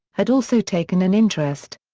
had also taken an interest.